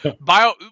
bio